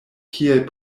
kiel